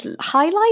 highlight